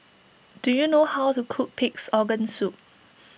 do you know how to cook Pig's Organ Soup